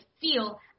feel